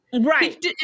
Right